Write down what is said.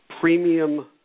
premium